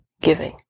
giving